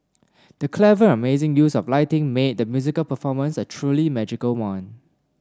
the clever and amazing use of lighting made the musical performance a truly magical one